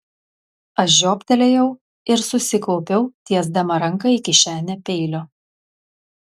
aš žioptelėjau ir susikaupiau tiesdama ranką į kišenę peilio